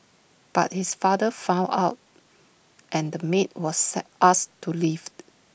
but his father found out and the maid was set asked to leave